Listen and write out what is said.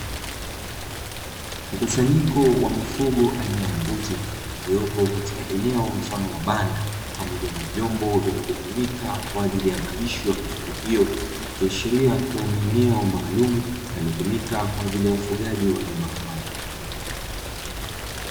Mkusanyiko wa mifugo aina ya mbuzi uliopo katika eneo la mfano wa banda pamoja na vyombo vinavyotumika kwa ajili ya malisho ya mifumo hiyo ikiashiria kua ni eneo maalumu, linalotumika kwa ajili ya ufugaji wa wanyama hao.